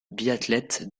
biathlète